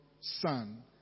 son